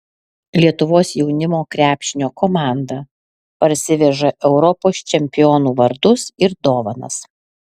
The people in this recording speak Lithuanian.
lietuvos jaunimo krepšinio komanda parsiveža europos čempionų vardus ir dovanas